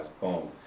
Boom